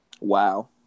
Wow